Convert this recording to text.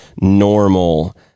normal